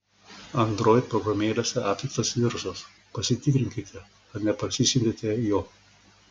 android programėlėse aptiktas virusas pasitikrinkite ar neparsisiuntėte jo